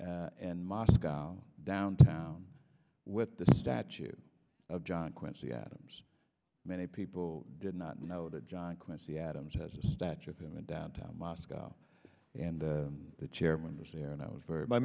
taken and moscow downtown with the statue of john quincy adams many people did not know that john quincy adams has a statue of him in downtown moscow and the chairman was there and i was very my